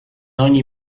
ogni